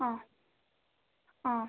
ಹಾಂ ಹಾಂ